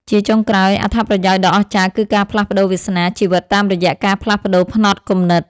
ជាចុងក្រោយ អត្ថប្រយោជន៍ដ៏អស្ចារ្យគឺការផ្លាស់ប្តូរវាសនាជីវិតតាមរយៈការផ្លាស់ប្តូរផ្នត់គំនិត។